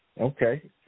Okay